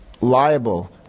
liable